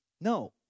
No